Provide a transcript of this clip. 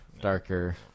darker